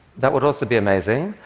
that would also be amazing.